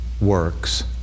works